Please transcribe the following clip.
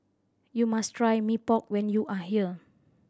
you must try Mee Pok when you are here